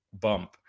bump